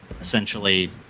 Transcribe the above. essentially